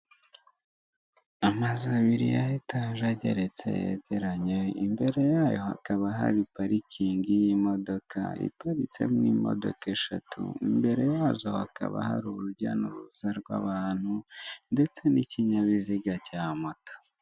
Amazu abiri ya etaje ageretse yegeranye imbere yayo hakaba hari parikingi yimodoka iparitsemwo imodoka eshatu imbere yazo hakaba hari urujya nuruza rwabantu ndetse nikinyabiziga cya moto.